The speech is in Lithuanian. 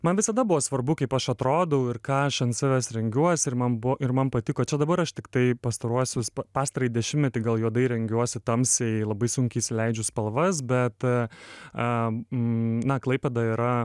man visada buvo svarbu kaip aš atrodau ir ką aš ant savęs rengiuosi ir man buvo ir man patiko čia dabar aš tiktai pastaruosius pastarąjį dešimtmetį gal juodai rengiuosi tamsiai labai sunkiai įsieidžiu spalvas bet a na klaipėda yra